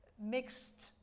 mixed